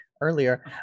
earlier